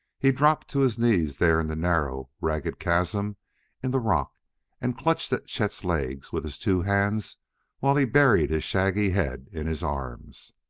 he dropped to his knees there in the narrow, ragged chasm in the rock and clutched at chet's legs with his two hands while he buried his shaggy head in his arms.